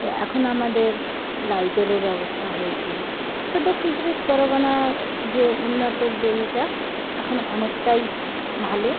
তো এখন আমাদের লাইটেরও ব্যবস্থা হয়েছে তো দক্ষিণ চব্বিশ পরগনার যে উন্নতর যে ইয়েটা এখন অনেকটাই ভালো